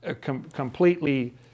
completely